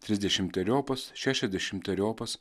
trisdešimteriopas šešiasdešimteropias